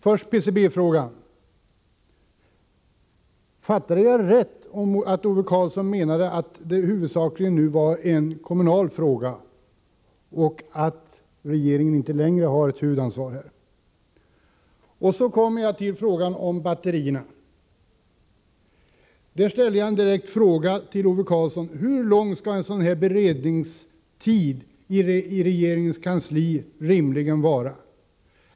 Först gäller det PCB-frågan: Fattade jag rätt att Ove Karlsson menade att den nu huvudsakligen var en kommunal fråga och att regeringen inte längre har ett huvudansvar för den? Sedan kom jag till frågan om batterierna. I det sammanhanget ställde jag en direkt fråga till Ove Karlsson: Hur lång skall beredningstiden i regeringens kansli rimligen vara?